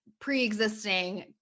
pre-existing